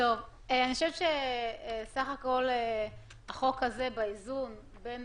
חושבת שסך הכול החוק הזה באיזון בין